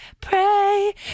pray